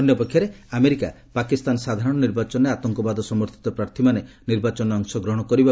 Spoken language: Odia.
ଅନ୍ୟ ପକ୍ଷରେ ଆମେରିକା ପାକିସ୍ତାନ ସାଧାରଣ ନିର୍ବାଚନରେ ଆତଙ୍କବାଦ ସମର୍ଥିତ ପ୍ରାର୍ଥୀମାନେ ନିର୍ବାଚନରେ ଅଂଶଗ୍ରହଣ କରିବାକୁ ନା ପସନ୍ଦ କରିଛି